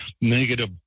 negative